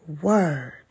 Word